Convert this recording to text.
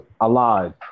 alive